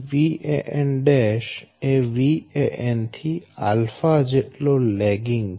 Van' એ Van થી ⍺ જેટલો લેગીંગ છે